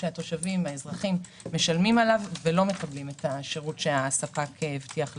שהאזרחים משלמים עליו ולא מקבלים את השירות שהספק הבטיח לספק.